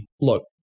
Look